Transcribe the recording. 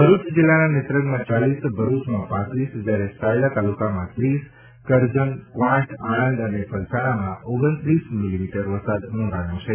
ભરૂચ જિલ્લાના નેત્રંગમાં ચાલીસ ભરૂચમાં પાંત્રીસ જ્યારે સાયલા તાલુકામાં ત્રીસ કરજણ ક્વાંટ આણંદ અને પલસાણામાં ઓગણત્રીસ મિલીમીટર વરસાદ નોંધાયો છે